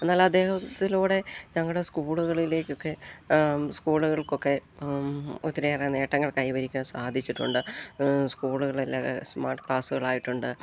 എന്നാല് അദ്ദേഹത്തിലൂടെ ഞങ്ങളുടെ സ്കൂളുകളിലേക്കൊക്കെ സ്കൂളുകൾക്കൊക്കെ ഒത്തിരിയേറെ നേട്ടങ്ങൾ കൈവരിക്കാൻ സാധിച്ചിട്ടുണ്ട് സ്കൂളുകളെല്ലാ സ്മാർട്ട് ക്ലാസ്സുകളായിട്ടുണ്ട്